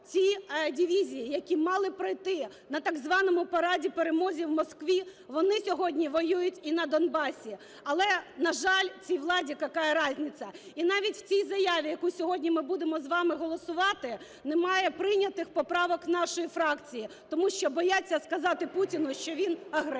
ці дивізії, які мали пройти на так званому параді перемоги в Москві, вони сьогодні воюють і на Донбасі. Але, на жаль, цій владі "какая разница". І навіть в цій заяві, яку сьогодні ми будемо з вами голосувати, немає прийнятих поправок нашої фракції, тому що бояться сказати Путіну, що він агресор.